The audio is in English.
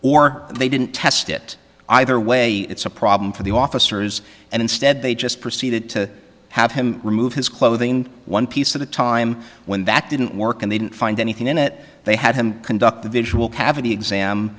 or they didn't test it either way it's a problem for the officers and instead they just proceeded to have him remove his clothing one piece at a time when that didn't work and they didn't find anything in it they had him conduct a visual cavity exam